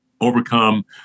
overcome